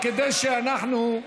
כדי שאנחנו,